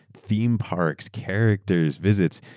theme parks, characters, visits,